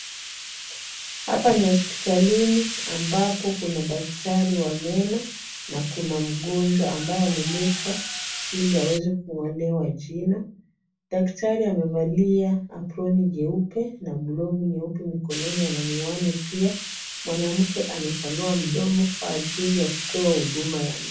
Hapa ni hospitalini ambapo kuna daktari wa meno na kuna mgonjwa ambaye ameletwa, ili aweze kung'olewa jino, daktari amevalia aproni jeupe na glovu nyeupe mikononi ana miwani pia, mwanamke amepanua mdomo kwa ajili ya kupewa huduma ya meno.